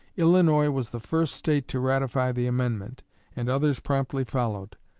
illinois was the first state to ratify the amendment and others promptly followed.